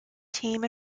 team